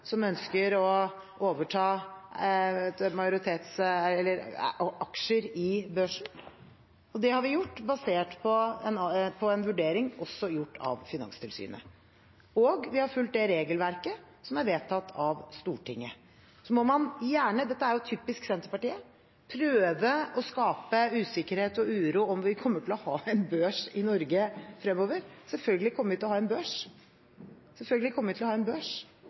som ønsker å overta aksjer i børsen. Det har vi gjort, basert på en vurdering også gjort av Finanstilsynet. Og vi har fulgt det regelverket som er vedtatt av Stortinget. Det er typisk Senterpartiet å prøve å skape usikkerhet og uro om hvorvidt vi kommer til å ha en børs i Norge fremover. Selvfølgelig kommer vi til å ha en børs. Men det er altså slik at jeg må følge det regelverket jeg forvalter, og det har jeg gjort til